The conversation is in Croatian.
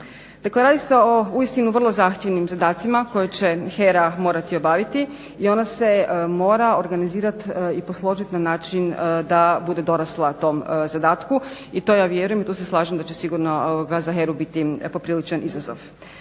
Dakle, radi se o uistinu vrlo zahtjevnim zadacima koje će HERA morati obaviti i ona se mora organizirati i posložiti na način da bude dorasla tom zadatku i to ja vjerujem i tu se slažem da će sigurno … HERA-u biti popriličan izazov.